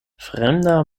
fremda